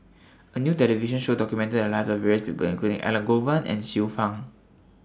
A New television Show documented The Lives of various People including Elangovan and Xiu Fang